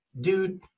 Dude